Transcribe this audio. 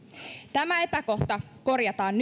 tämä epäkohta korjataan